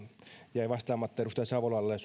jäi vastaamatta edustaja savolalle